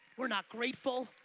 we're not grateful,